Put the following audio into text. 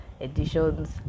editions